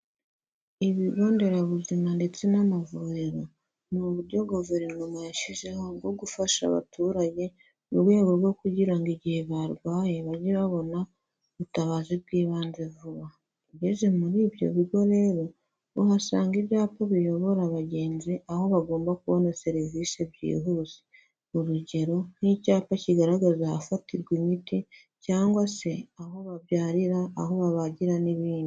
Ibigo nderabuzima ndetse n'amavuriro, ni uburyo guverinoma yashyizeho bwo gufasha abaturage mu rwego rwo kugira ngo igihe barwaye bajye babona ubutabazi bw'ibanze vuba, ugeze muri ibyo bigo rero uhasanga ibyapa biyobora abagenzi aho bagomba kubona serivisi byihuse, urugero nk'icyapa kigaragaza ahafatirwa imiti cyangwa se aho babyarira, aho babagira n'ibindi.